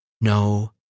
no